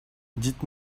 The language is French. dites